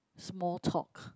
small talk